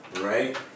right